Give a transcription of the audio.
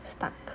stuck